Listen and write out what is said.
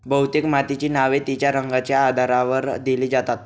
बहुतेक मातीची नावे तिच्या रंगाच्या आधारावर दिली जातात